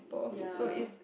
ya